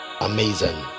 Amazing